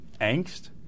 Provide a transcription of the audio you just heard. angst